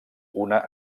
una